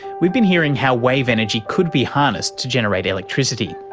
we've been hearing how wave energy could be harnessed to generate electricity.